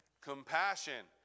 Compassion